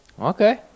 Okay